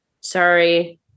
Sorry